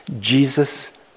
Jesus